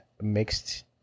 mixed